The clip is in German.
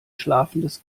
schlafendes